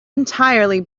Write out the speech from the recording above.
entirely